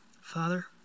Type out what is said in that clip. Father